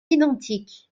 identiques